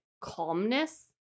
calmness